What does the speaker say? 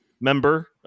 member